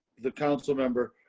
the council member